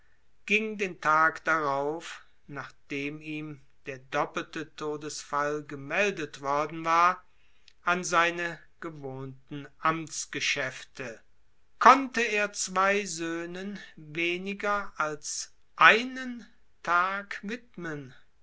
ging den tag darauf nachdem ihm der doppelte todesfall gemeldet worden war an seine gewohnten amtsgeschäfte konnte er zwei söhnen weniger als einen tag widmen